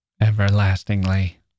everlastingly